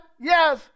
Yes